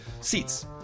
seats